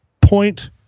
point